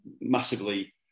massively